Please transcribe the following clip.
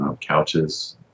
couches